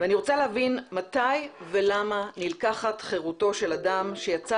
אני רוצה להבין מתי ולמה נלקחת חרותו של אדם שיצא